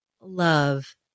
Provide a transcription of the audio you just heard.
love